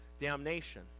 damnation